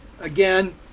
Again